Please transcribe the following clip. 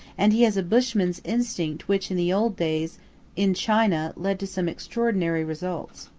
and he has a bushman's instinct which in the old days in china led to some extraordinary results.